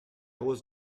was